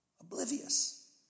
oblivious